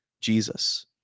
Jesus